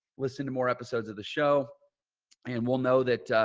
listen to more episodes of the show and we'll know that, ah,